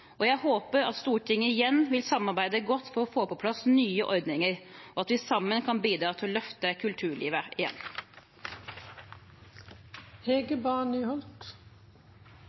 Jeg håper at Stortinget igjen vil samarbeide godt for å få på plass nye ordninger, og at vi sammen kan bidra til å løfte kulturlivet igjen.